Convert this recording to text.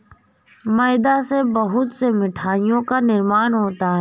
मैदा से बहुत से मिठाइयों का निर्माण होता है